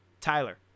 Tyler